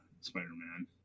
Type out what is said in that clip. Spider-Man